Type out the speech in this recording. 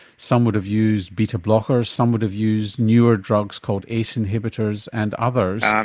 some would have used beta blockers, some would have used newer drugs called ace inhibitors and others.